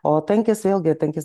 o tankis vėlgi tankis